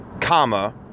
comma